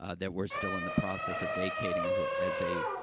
ah that we're still in the process of vacating as ah as a,